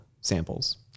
samples